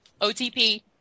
otp